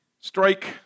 Strike